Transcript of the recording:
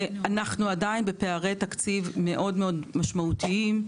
אנחנו עדיין בפערי תקציב מאוד מאוד משמעותיים.